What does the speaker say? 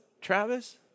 Travis